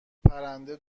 پرنده